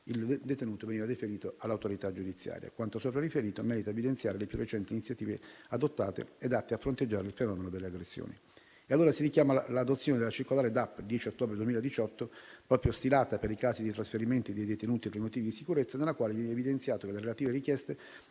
deferiva il ristretto all'autorità giudiziaria competente. Quanto sopra riferito, merita evidenziare le più recenti iniziative adottate ed atte a fronteggiare il fenomeno delle aggressioni. Si richiama l'adozione della circolare DAP del 10 ottobre 2018, proprio stilata per i casi di trasferimenti dei detenuti per motivi di sicurezza, nella quale viene evidenziato che le relative richieste